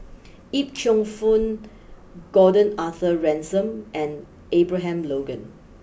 Yip Cheong fun Gordon Arthur Ransome and Abraham Logan